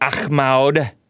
Ahmad